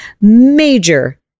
major